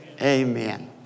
Amen